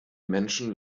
menschen